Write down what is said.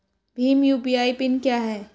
Bhim UPI PIN क्या है?